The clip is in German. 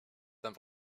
dann